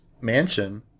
mansion